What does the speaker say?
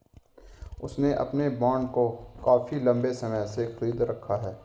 उसने अपने बॉन्ड को काफी लंबे समय से खरीद रखा है